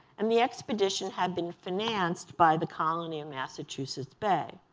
and the expedition had been financed by the colony in massachusetts bay.